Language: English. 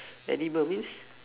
edible means